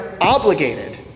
obligated